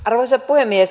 arvoisa puhemies